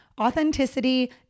authenticity